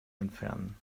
entfernen